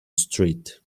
street